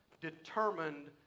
determined